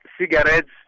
cigarettes